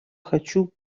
хочу